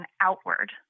outward